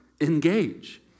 Engage